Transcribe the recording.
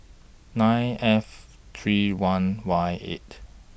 nine F three one Y eight